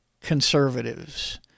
conservatives